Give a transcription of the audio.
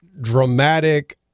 dramatic